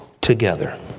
together